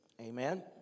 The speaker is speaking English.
Amen